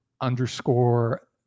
underscore